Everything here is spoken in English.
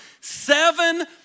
seven